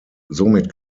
somit